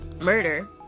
murder